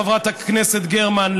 חברת הכנסת גרמן,